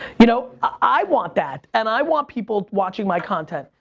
you know i want that, and i want people watching my content.